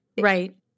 Right